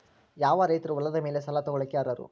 ಯಾವ ರೈತರು ಹೊಲದ ಮೇಲೆ ಸಾಲ ತಗೊಳ್ಳೋಕೆ ಅರ್ಹರು?